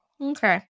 Okay